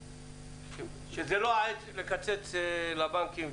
שזה לא העת לקצץ לבנקים,